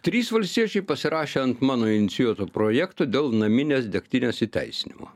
trys valstiečiai pasirašė ant mano inicijuoto projekto dėl naminės degtinės įteisinimo